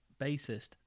bassist